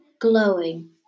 glowing